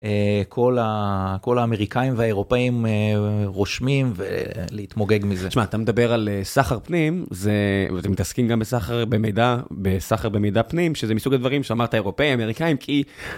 כל הכל האמריקאים והאירופאים רושמים ולהתמוגג מזה שאתה מדבר על סחר פנים זה מתעסקים גם בסחר במידה בסחר במידה פנים שזה מסוג הדברים שאמרת אירופאים אמריקאים כי.